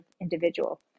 individual